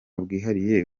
bwihariye